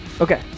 Okay